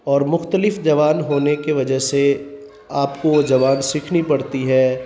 اور مختلف زبان ہونے کے وجہ سے آپ کو وہ زبان سیکھنی پڑتی ہے